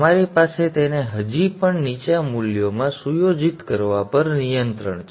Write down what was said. તમારી પાસે તેને હજી પણ નીચા મૂલ્યોમાં સુયોજિત કરવા પર નિયંત્રણ છે